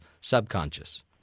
subconscious